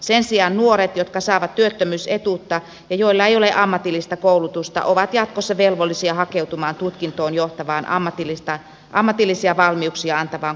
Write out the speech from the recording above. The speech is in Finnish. sen sijaan nuoret jotka saavat työttömyysetuutta ja joilla ei ole ammatillista koulutusta ovat jatkossa velvollisia hakeutumaan tutkintoon johtavaan ammatillisia valmiuksia antavaan koulutukseen